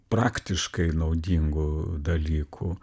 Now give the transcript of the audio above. praktiškai naudingų dalykų